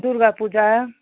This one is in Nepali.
दुर्गा पूजा